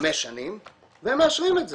חמש שנים והם מאשרים את זה.